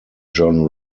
john